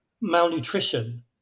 Malnutrition